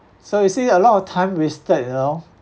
so you see a lot of time wasted you know